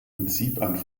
prinzip